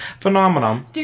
Phenomenon